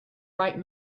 bright